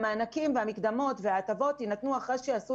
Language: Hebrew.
המענקים והמקדמות ישולמו אחרי שינפיקו